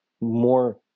more